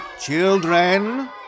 children